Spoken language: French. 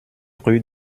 rue